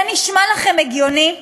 זה נשמע לכם הגיוני?